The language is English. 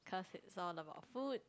cause it's all about food